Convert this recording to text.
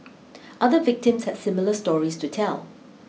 other victims had similar stories to tell